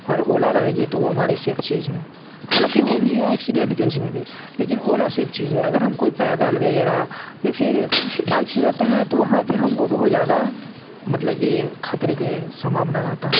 और ओला रहेगी तो हमारे सेफ चीज है हालाँकि वो भी है एक्सीडेंट के उसमें भी लेकिन ओला सिर्फ चीज है अगर हम कोई पैदल वगैरह या फिर बाइक से जाते हैं तो वहाँ पे हमको बहुत ज़्यादा मतलब की खतरे के संभावना रहता है